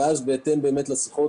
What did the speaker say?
ובהתאם לשיחות,